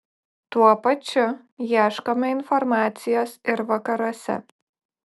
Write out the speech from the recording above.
tuo pačiu ieškome informacijos ir vakaruose